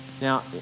Now